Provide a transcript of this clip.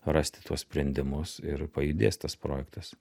rasti tuos sprendimus ir pajudės tas projektas